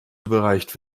überreicht